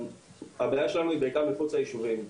הבעיה שלנו היא בעיקר מחוץ לישובים.